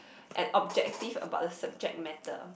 and objective about the subject matter